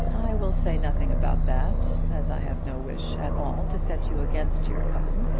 i will say nothing about that, as i have no wish at all to set you against your cousin.